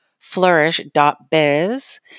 flourish.biz